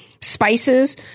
spices